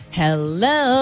hello